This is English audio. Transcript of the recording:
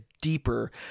deeper